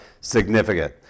significant